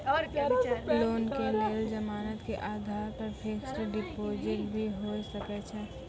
Loan के लेल जमानत के आधार पर फिक्स्ड डिपोजिट भी होय सके छै?